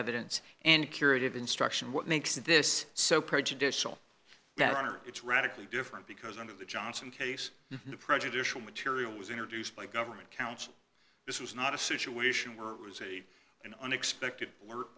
evidence and curative instruction what makes this so prejudicial that under its radically different because under the johnson case the prejudicial material was introduced by government counsel this was not a situation where it was a an unexpected w